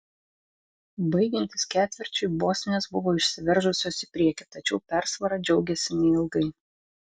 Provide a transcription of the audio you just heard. baigiantis ketvirčiui bosnės buvo išsiveržusios į priekį tačiau persvara džiaugėsi neilgai